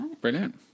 brilliant